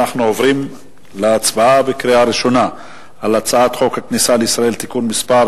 אנחנו עוברים להצבעה בקריאה ראשונה על חוק הכניסה לישראל (תיקון מס'